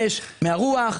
מהשמש ומהרוח,